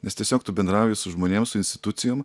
nes tiesiog tu bendrauji su žmonėm su institucijom